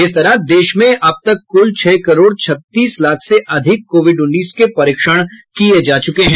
इस तरह देश में अब तक कुल छह करोड़ छत्तीस लाख से अधिक कोविड उन्नीस के परीक्षण किये जा चुके हैं